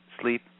sleep